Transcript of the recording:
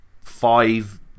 five